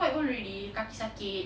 quite old already kaki sakit